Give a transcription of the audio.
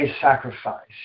sacrifice